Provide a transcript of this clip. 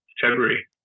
February